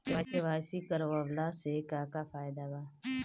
KYC करवला से का का फायदा बा?